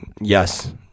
Yes